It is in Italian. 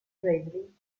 bradley